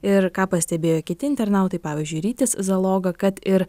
ir ką pastebėjo kiti internautai pavyzdžiui rytis zaloga kad ir